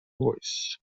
voice